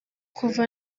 kuva